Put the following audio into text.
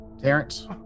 Terrence